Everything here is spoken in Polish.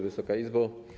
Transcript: Wysoka Izbo!